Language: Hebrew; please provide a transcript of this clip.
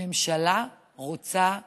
הממשלה רוצה לשרוד.